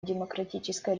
демократической